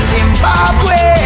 Zimbabwe